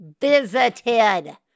visited